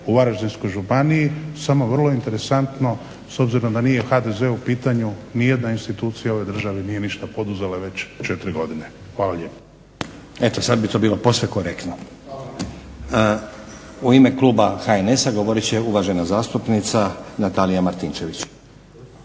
u Varaždinskoj županiji, samo vrlo interesantno s obzirom da nije HDZ u pitanju nijedna institucija u ovoj državi nije ništa poduzela već četiri godine. Hvala lijepo. **Stazić, Nenad (SDP)** Eto sad bi to bilo posve korektno. U ime kluba HNS-a govorit će uvažena zastupnica Natalija Martinčević.